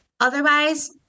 Otherwise